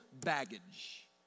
baggage